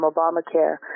Obamacare